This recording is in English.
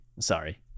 sorry